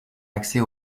accès